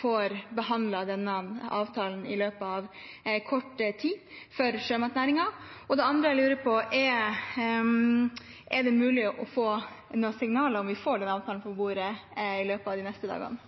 får behandlet denne avtalen i løpet av kort tid? Og det andre jeg lurer på, er: Er det mulig å få noen signaler om vi får den avtalen på bordet i løpet av de neste dagene?